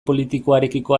politikoarekiko